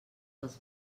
dels